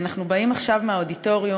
אנחנו באים עכשיו מהאודיטוריום,